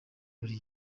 buri